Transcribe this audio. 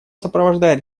сопровождает